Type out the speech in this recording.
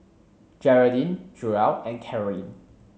Jeraldine Joell and Carolyne